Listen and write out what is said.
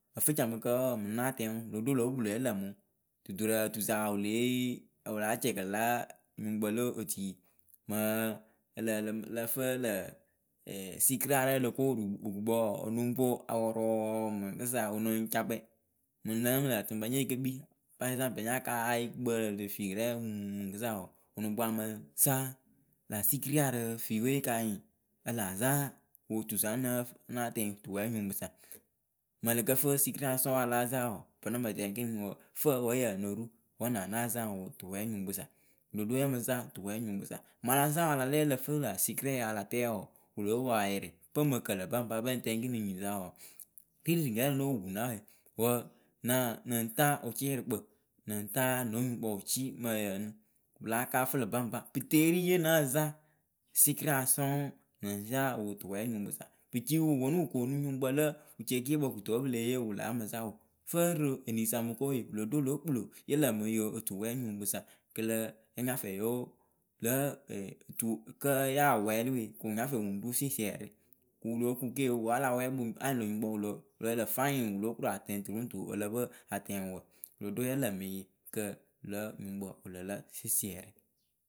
ǝfɨcamɨ ǝǝ mɨ na tɛŋ wʊ wɨlo ɖo lǒ kpɨlo yǝ lǝǝmɨ wʊ Dudurǝ tusa ya wɨ lée yee ya wɨla cɛkɛlɛ lǒ nyuŋkpǝ lǎ tui mɨŋ ǝ lǝǝ ǝ lǝ fɨ lǝ sikɩra rɛ o loko wukukpǝ wɔɔ wɨ lɨŋ poŋ apɔrʊ wʊ mɨŋkɨsa wɨ nɨŋ camkpɛ Mɨŋ nǝ mɨ lǝtɨŋbǝ nyekekpi parɛkɨsaŋpɨlǝ nyaka ahɩ gukpǝ rɨ mɨŋkɨsa wɔɔ wɨlɨŋ poŋ a mɨ zaŋ lä sɩkɩria rɨ fiwe kanyɩŋ a laa zaŋ wɨ tusa ŋnǝ ŋna tɛŋ tuwɛnyuŋkpɨsa Miɨ ǝlǝkǝfɨ sɩkɩria sɔŋ ala zaŋ wɔɔ pɨlɨŋ mɨ tɛŋ ŋkɨniŋ wɔɔ fǝŋ wǝ yǝ no ru wǝ na naa zaŋ wɨ tuwɛnyuŋkpɨ sa wɨlo ɖo ya mɨ zaŋ tuwɛnyuŋkpɨ sa. maŋ ala zaŋ wʊ alalɛ wǝ ǝlǝfɨ lä sɩkɩria alatɛ wɔɔ wɨlo poŋ ayɩrɩ pɨŋ mɨ kǝlǝ baŋpa pɨŋtɛŋ ŋkiniŋ nyisa wɔɔ ri rɨ nyirɛ noh pu na wɛ wǝ na nɩɨŋ taa wɨcɩrɩkpǝ nɨŋ taa nö nyuŋkpǝ wɨ cɩ mǝyǝǝnɨ pɨla kafʊlǝ baŋpa pɨ teeri ye na zaŋ sɩkɩra sɔŋ nɨŋ zaŋ wɨ tʊwɛnyuŋkpɨsa pɨ ciwu wɨ ponu wɨ koonu nyuŋkpǝ le ceeceekpǝ kɨto wǝ pɨ le yeewɨ la yamɨ zaŋ wʊ fǝǝrɨ enisa mɨko we wɨlo ɖo lǒ kpɨlo ya lǝǝmɨ yo otuwɛɛnuŋkpɨsa kɨlǝ ya nya fɛ yo lǝ̌ tu kǝ ya wɛɛlɩ we kɨ wɨ nya fɛ wɨŋ ru sɩsɩɛrɩ wʊ wɨ lóo kuŋ keo wala wɛɛkpɨ anyɩŋ lö nyuŋkpǝ wɨ lǝ lǝ fayiŋ anyafɛ atɛŋ turuŋtu ǝ lǝ pɨ atɛŋ wǝ wɨlo ɖo yǝ lǝmɩyɩ kǝ lǒ nyuŋkpǝ wɨlǝ lǝ sɩsɩɛrɩ.